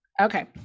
Okay